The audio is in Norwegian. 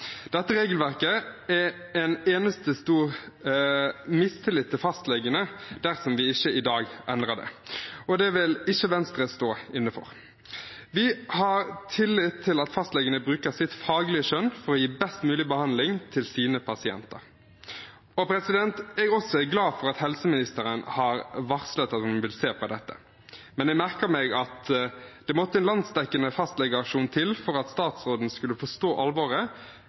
Dette regelverket er en eneste stor mistillit til fastlegene dersom vi ikke i dag endrer det, og det vil ikke Venstre stå inne for. Vi har tillit til at fastlegene bruker sitt faglige skjønn for å gi best mulig behandling til sine pasienter. Jeg også er glad for at helseministeren har varslet at hun vil se på dette, men jeg merker meg at det måtte en landsdekkende fastlegeaksjon til for at statsråden skulle forstå alvoret,